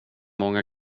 många